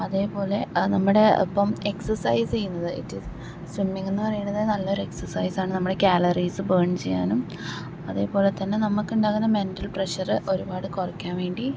അതേപോലെ അത് നമ്മുടെ ഒപ്പം എക്സസൈസ് ചെയ്യുന്നത് സ്വിമ്മിങ്ങ് എന്ന് പറയുന്നത് നല്ലൊര് എക്സസൈസാണ് നമ്മുടെ കാലറീസ് ബേൺ ചെയ്യാനും അതേപോലെ തന്നെ നമുക്ക് ഉണ്ടാകുന്ന മെൻറ്റൽ പ്രഷർ ഒരുപാട് കുറയ്ക്കാൻ വേണ്ടി